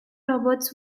roberts